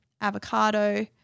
avocado